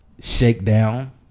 Shakedown